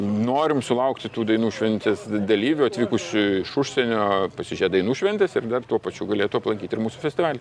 norim sulaukti tų dainų šventės dalyvių atvykusių iš užsienio pasižiūrėt dainų šventės ir dar tuo pačiu galėtų aplankyti ir mūsų festivalį